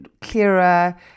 clearer